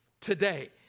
Today